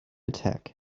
attack